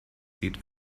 sieht